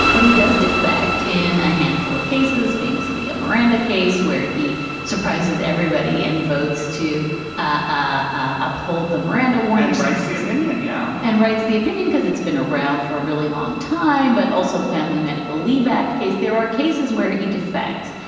but he does defect in a handful of cases, famously a miranda case where he surprises everybody and votes to uphold the miranda warning, writes the opinion. yeah. and writes the opinion because it's been around for a really long time. but also family medical leave act case. there are cases where he defects.